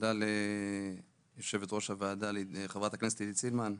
תודה ליושבת ראש הוועדה, חברת הכנסת עידית סילמן,